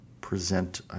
present